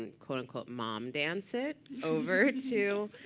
and quote unquote, mom-dance it over to